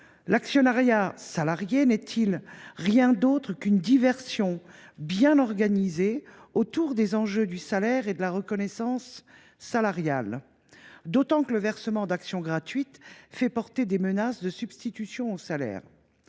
décisions. Ainsi n’est il rien d’autre qu’une diversion bien organisée autour des enjeux du salaire et de la reconnaissance salariale, d’autant que le versement d’actions gratuites fait peser des menaces de substitution au salaire.